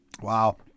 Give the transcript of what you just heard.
wow